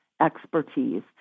expertise